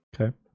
Okay